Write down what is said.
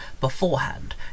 beforehand